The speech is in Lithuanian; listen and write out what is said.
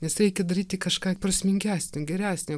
nes reikia daryti kažką prasmingesnio geresnio